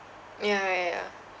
ya ya ya